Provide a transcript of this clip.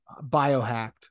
biohacked